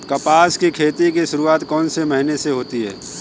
कपास की खेती की शुरुआत कौन से महीने से होती है?